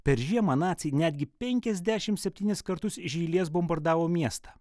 per žiemą naciai netgi penkiasdešim septynis kartus iš eilės bombardavo miestą